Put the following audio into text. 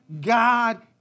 God